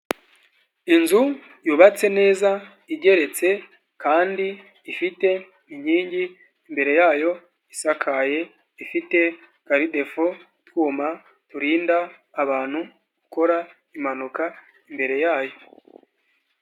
Inzu, yubatse neza, igeretse, kandi, ifite, inkingi, imbere yayo, isakaye, ifite, Karidefo, utwuma, turinda, abantu, gukora, impanuka, imbere yayo.